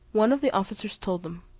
one of the officers told them,